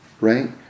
Right